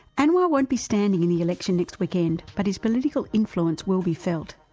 anwar won't be standing in the election next weekend but his political influence will be felt.